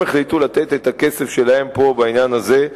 הם החליטו לתת את הכסף שלהם פה, בעניין הזה,